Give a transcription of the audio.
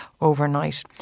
overnight